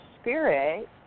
spirit